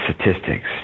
statistics